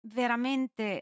veramente